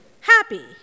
happy